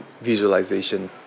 visualization